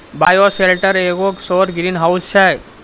bioshelter एगो सौर greenhouse छै